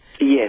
Yes